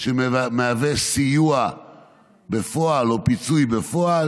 שמהווה סיוע בפועל או פיצוי בפועל.